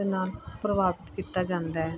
ਨਾ ਪ੍ਰਭਾਵਿਤ ਕੀਤਾ ਜਾਂਦਾ ਹੈ